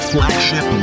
flagship